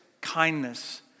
kindness